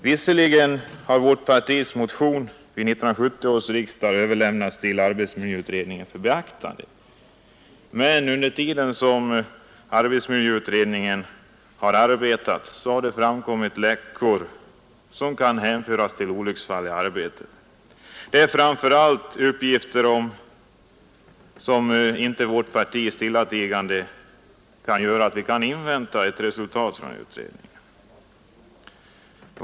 Visserligen har vårt partis motion vid 1970 års riksdag överlämnats till arbetsmiljöutredningen för beaktande, men under den tid som utredningen har arbetat har det förekommit läckor som kan hänföras till ”olycksfall i arbetet”. Det har framkommit uppgifter som gör att vårt parti inte stillatigande kan invänta resultatet av utredningen.